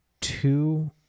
two